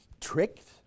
tricked